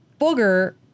Booger